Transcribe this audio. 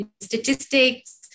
statistics